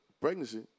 pregnancy